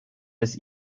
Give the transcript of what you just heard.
des